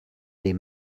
les